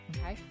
Okay